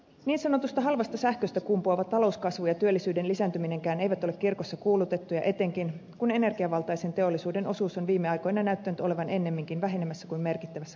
niin sanotusta halvasta sähköstä kumpuava talouskasvu ja työllisyyden lisääntyminenkään eivät ole kirkossa kuulutettuja etenkin kun energiavaltaisen teollisuuden osuus on viime aikoina näyttänyt olevan ennemminkin vähenemässä kuin merkittävässä kasvussa